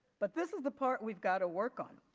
but this is the part we've got to work on